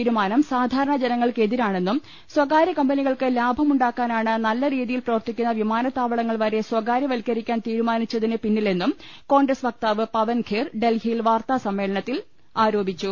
തീരുമാനം സാധാരണ ജനങ്ങൾക്കെതിരാ ണെന്നും സ്ഥകാരൃ കമ്പനികൾക്ക് ലാഭമുണ്ടാക്കാനാണ് നല്ല രീതിയിൽ പ്രവർത്തിക്കുന്ന വിമാനത്താവളങ്ങൾ വരെ സ്ഥകാ രൃ വത്ക്കരിക്കാൻ തീരുമാനിച്ചതിന് പിന്നിലെന്നും കോൺഗ്രസ് വക്താവ് പവൻ ഖേർ ഡൽഹിയിൽ വാർത്താ സമ്മേളനത്തിൽ ആരോപിച്ചു